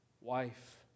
wife